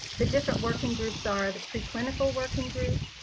the different working groups are the preclinical working group,